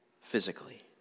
physically